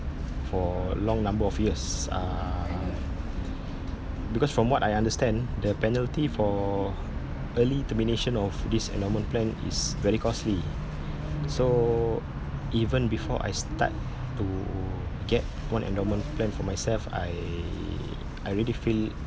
for long number of years uh because from what I understand the penalty for early termination of this endowment plan is very costly so even before I start to get one endowment plan for myself I I already feel